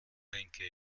denke